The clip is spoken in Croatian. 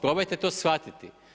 Probajte to shvatiti.